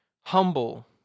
humble